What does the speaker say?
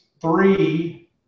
three